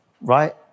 right